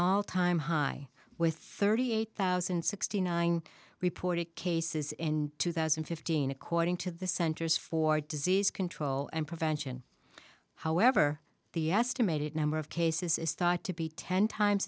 all time high with thirty eight thousand sixty nine reported cases in two thousand and fifteen according to the centers for disease control and prevention however the estimated number of cases is thought to be ten times